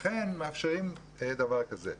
לכן מאפשרים לחנויות האלה להיות פתוחות.